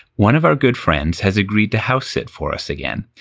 one of our good friends has agreed to housesit for us again.